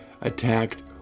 attacked